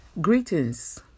Greetings